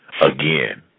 again